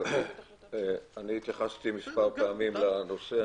אני התייחסתי מספר פעמים לנושא.